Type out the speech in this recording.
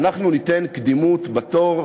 שאנחנו ניתן קדימות בתור,